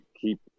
keep